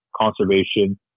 conservation